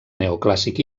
neoclàssic